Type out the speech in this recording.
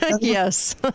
Yes